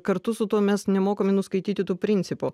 kartu su tuo mes nemokame nuskaityti tų principų